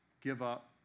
give-up